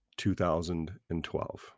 2012